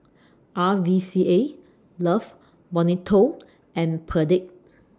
R V C A Love Bonito and Perdix